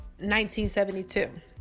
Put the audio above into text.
1972